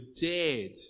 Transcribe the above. dead